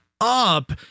up